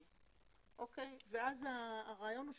אז הרעיון הוא,